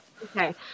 Okay